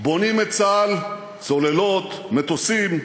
בונים את צה"ל, צוללות, מטוסים,